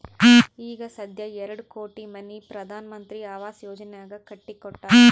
ಈಗ ಸಧ್ಯಾ ಎರಡು ಕೋಟಿ ಮನಿ ಪ್ರಧಾನ್ ಮಂತ್ರಿ ಆವಾಸ್ ಯೋಜನೆನಾಗ್ ಕಟ್ಟಿ ಕೊಟ್ಟಾರ್